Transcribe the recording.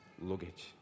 luggage